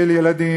של ילדים,